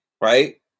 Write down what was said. right